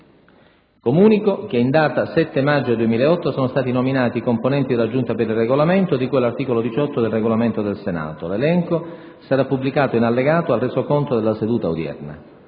Comunico che in data 7 maggio 2008 sono stati nominati i componenti della Giunta per il Regolamento, di cui all'articolo 18 del Regolamento del Senato. L'elenco sarà pubblicato nell'allegato B al Resoconto della seduta odierna.